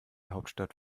hauptstadt